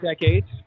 decades